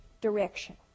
direction